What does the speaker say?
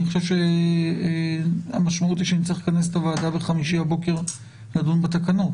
אני חושב שהמשמעות היא שנצטרך לכנס את הוועדה בחמישי בבוקר לדון בתקנות.